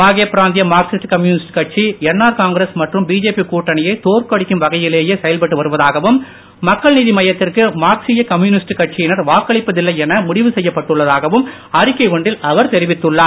மாகே பிராந்திய மார்க்சீய கம்யூனிஸ்ட் கட்சி என்ஆர் காங்கிரஸ் மற்றும் பிஜேபி கூட்டணியை தோற்கடிக்கும் வகையிலேயே செயல்பட்டு வருவதாகவும் மக்கள் நீதி மையத்திற்கு மார்க்சீய கம்யூனிஸ்ட் கட்சியினர் வாக்களிப்பதில்லை என முடிவ செய்யப்பட்டுள்ளதாகவும் அறிக்கை ஒன்றில் அவர் தெரிவித்துள்ளார்